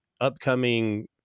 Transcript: upcoming